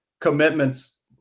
commitments –